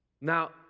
Now